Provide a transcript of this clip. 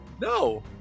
No